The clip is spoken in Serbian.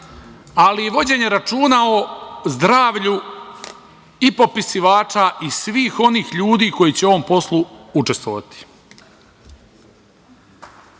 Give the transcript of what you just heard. ali i vođenje računa o zdravlju i popisivača i svih onih ljudi koji će u ovom poslu učestvovati.